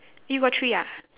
you got three ah